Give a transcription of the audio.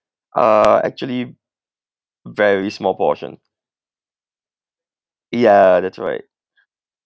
are actually very small portion ya that's right